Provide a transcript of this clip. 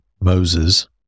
Moses